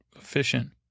efficient